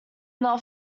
not